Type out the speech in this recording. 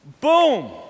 boom